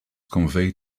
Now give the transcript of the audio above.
conveyed